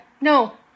No